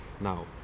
Now